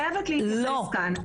לא, אני חייבת להתייחס כאן.